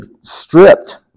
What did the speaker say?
stripped